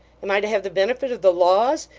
am i to have the benefit of the laws?